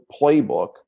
playbook